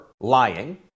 lying